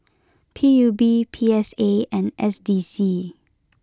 P U B P S A and S D C